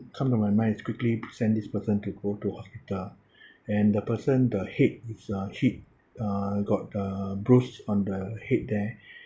come to my mind is quickly send this person to go to hospital and the person the head is uh hit uh got a bruise on the head there